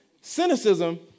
Cynicism